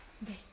ಮತ್ತೆ